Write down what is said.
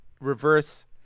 reverse